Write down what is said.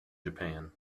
japan